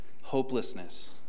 hopelessness